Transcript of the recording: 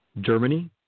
Germany